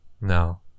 no